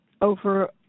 over